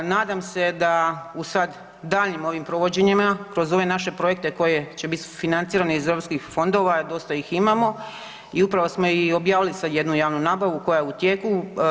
Nadam se da u sad daljnjim ovim provođenjima kroz ove naše projekte koji će biti financirani iz EU fondova dosta ih imamo i upravo smo i objavili sad jednu javnu nabavu koja je u tijeku.